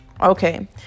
okay